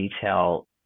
detail